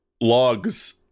logs